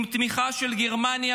עם תמיכה של גרמניה,